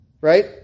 Right